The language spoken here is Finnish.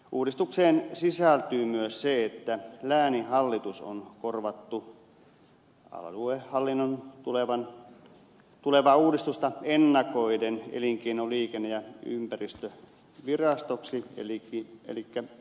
uudistukseen sisältyy myös se että lääninhallitus on korvattu aluehallinnon tulevaa uudistusta ennakoiden elinkeino liikenne ja ympäristökeskukseksi elikkä elyksi